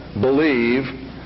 believe